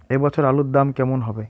এ বছর আলুর দাম কেমন হবে?